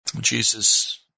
Jesus